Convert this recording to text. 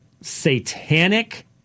satanic